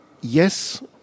Yes